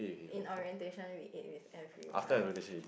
in orientation with it with everyone